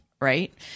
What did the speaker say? right